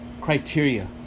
criteria